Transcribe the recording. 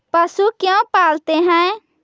पशु क्यों पालते हैं?